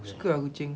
aku suka ah kucing